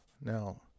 Now